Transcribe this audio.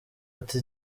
ati